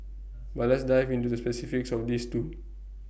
but let's dive into the specifics of these two